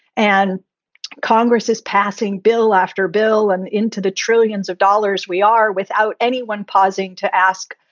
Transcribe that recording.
and congress is passing bill after bill and into the trillions of dollars. we are without anyone pausing to ask,